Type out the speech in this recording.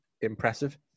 impressive